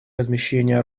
размещения